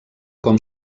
com